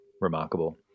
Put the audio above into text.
remarkable